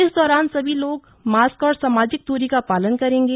इस दौरान सभी लोग मास्क और सामाजिक दूरी का पालन करेंगे